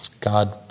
God